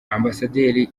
ambasaderi